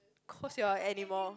cause you are an animal